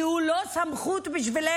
כי הוא לא סמכות בשבילנו,